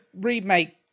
remake